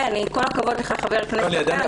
עם כל הכבוד לך חבר הכנסת ארבל.